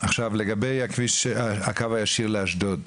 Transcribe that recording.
עכשיו לגבי הקו הישיר לאשדוד.